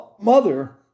Mother